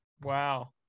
Wow